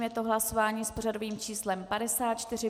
Je to hlasování s pořadovým číslem 54.